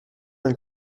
nel